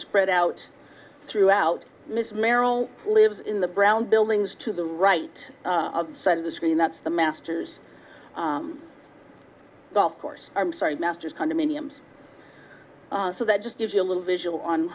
spread out throughout ms merrill lives in the brown buildings to the right side of the screen that's the masters golf course i'm sorry masters condominiums so that just gives you a little visual on